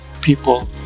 people